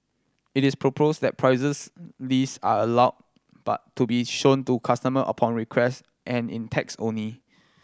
it is proposed that prices list are allowed but to be shown to customer upon request and in text only